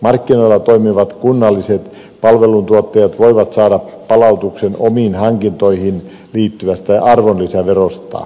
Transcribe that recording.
markkinoilla toimivat kunnalliset palveluntuottajat voivat saada palautuksen omiin hankintoihin liittyvästä arvonlisäverosta